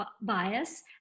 bias